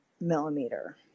millimeter